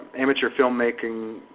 amateur filmmaking